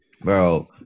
bro